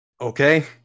okay